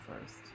first